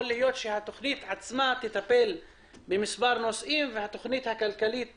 יכול להיות התכנית עצמה תטפל במספר נושאים והתכנית הכלכלית